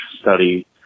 study